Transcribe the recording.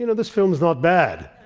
you know this film is not bad.